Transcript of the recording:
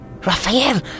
Raphael